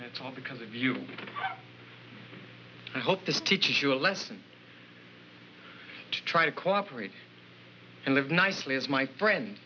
it's all because of you i hope this teaches you a lesson to try to cooperate and live nicely as my friend